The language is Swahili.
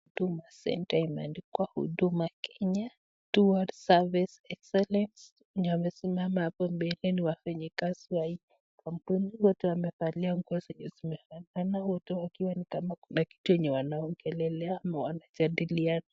Hii duma center imeandikwa Huduma Kenya Tour Service Excellence . Wamesimama hapo mbele ni wafanyikazi wa hii kampuni. Wote wamevalia nguo zenye zimefanana. Wote wakiwa ni kama kuna kitu yenye wanaongelelea ama wanajadilia.